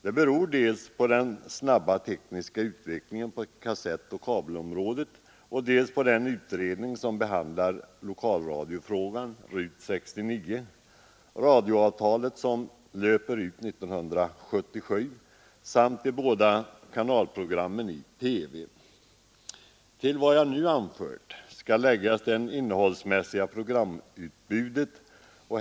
Det beror dels på den snabba tekniska utvecklingen på kassettoch kabelområdena, dels på den utredning som behandlar lokalradiofrågan, RUT 69, radioavtalet som löper ut 1977 samt förekomsten av de båda programkanalerna i TV. Till vad jag nu anfört skall läggas det innehållsmässiga programutbudet.